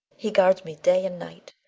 he guards me day and night,